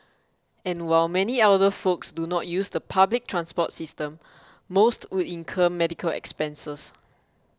and while many elderly folks do not use the public transport system most would incur medical expenses